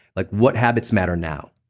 like what habits matter now?